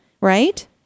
right